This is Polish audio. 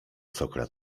sokra